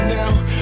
now